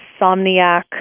insomniac